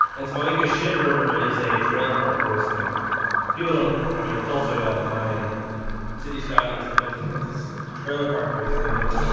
it's funny cuz shit river is a trailer park boys thing people don't i mean it's also ah my city skylines thing but since it's it's a trailer park boys thing the miss